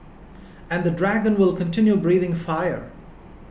and the dragon will continue breathing fire